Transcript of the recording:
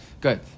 Good